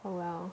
oh well